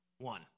One